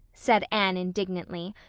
said anne indignantly.